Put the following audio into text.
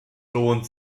lohnt